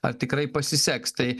ar tikrai pasiseks tai